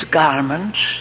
garments